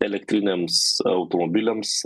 elektriniams automobiliams